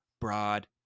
broad